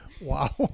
Wow